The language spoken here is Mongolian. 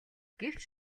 гэвч